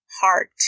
heart